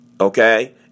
Okay